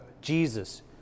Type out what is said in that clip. Jesus